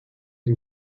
den